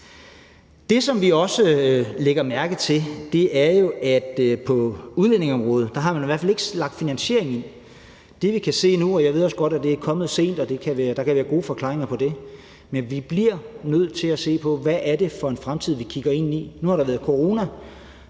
Det, som vi også lægger mærke til, er, at man på udlændingeområdet ikke har lagt finansieringen. Jeg ved godt, at det er kommet sent og der kan være gode forklaringer på det, men vi bliver nødt til at se på, hvad det er for en fremtid, vi kigger ind i. Nu har der været corona,